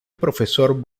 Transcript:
profesor